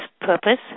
purpose